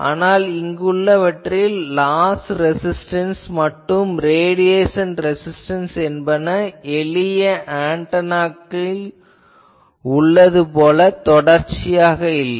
ஆனால் இங்குள்ளவற்றில் loss resistance மற்றும் ரேடியேஷன் ரெசிஸ்டன்ஸ் என்பன எளிய ஆன்டெனாக்களில் உள்ளது போல தொடர்ச்சியாக இல்லை